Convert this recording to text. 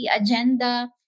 Agenda